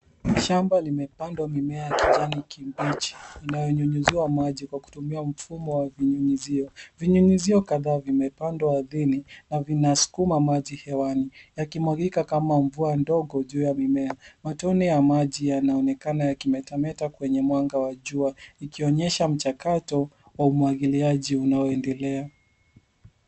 Shamba limepandwa mimea ya kijani kibichi inayonyunyuziwa maji kwa kutumia mfumo wa vinyunyuzio. Vinyunyuzio kadhaa vimepandwa ardhini na vinasukuma maji hewani, yakimwagika kama mvua ndogo juu ya mimea. Matone ya maji yanaonekana yakimetameta kwenye mwanga wa jua, ikionyesha mchakato wa umwagiliaji unaoendelea.